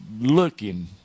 looking